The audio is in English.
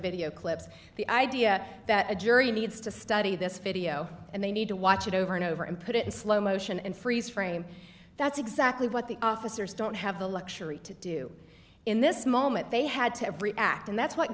video clips the idea that a jury needs to study this video and they need to watch it over and over and put it in slow motion and freeze frame that's exactly what the officers don't have the luxury to do in this moment they had to every act and that's what